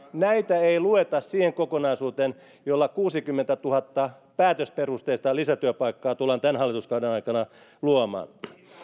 näitä ei lueta siihen kokonaisuuteen jolla kuusikymmentätuhatta päätösperusteista lisätyöpaikkaa tullaan tämän hallituskauden aikana luomaan